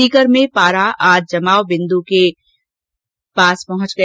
सीकर में पारा आज जमाव बिन्दु के पास पहुंच गया